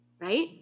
Right